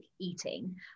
eating